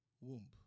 womb